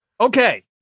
Okay